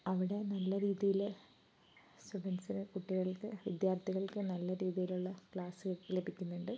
അവിടെ നല്ലരീതിയിൽ സ്റ്റുഡൻ്റ്സിനു കുട്ടികൾക്ക് വിദ്യാർത്ഥികൾക്ക് നല്ല രീതിയിലുള്ള ക്ലാസ്സ് ലഭിക്കുന്നുണ്ട്